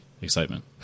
excitement